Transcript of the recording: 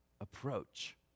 approach